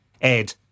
Ed